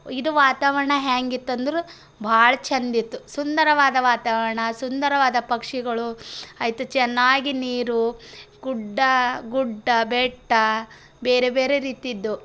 ಇದು ವಾತಾವರಣ ಹ್ಯಾಂಗಿತ್ತಂದ್ರೆ ಬಹಳ ಚೆಂದಿತ್ತು ಸುಂದರವಾದ ವಾತಾವರಣ ಸುಂದರವಾದ ಪಕ್ಷಿಗಳು ಆಯ್ತು ಚೆನ್ನಾಗಿ ನೀರು ಗುಡ್ಡ ಗುಡ್ಡ ಬೆಟ್ಟ ಬೇರೆ ಬೇರೆ ರೀತಿದ್ದು